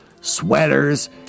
sweaters